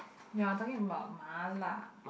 ya talking about Mala